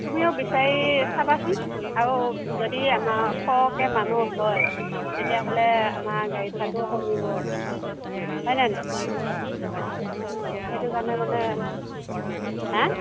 তুমিও বিচাৰি চাবাচোন আৰু যদি আমাৰ সৰহকৈ মানুহ হয় তেতিয়াহ'লে আমাৰ গাড়ী ভাড়াটোও কমিব হয়নে নাই অ সেইটো কাৰণে মানে হে